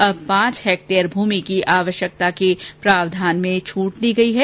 अब पांच हैक्टेयर भूमि की आवश्यकता के प्रावधान में छट दी गई है